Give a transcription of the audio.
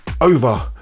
Over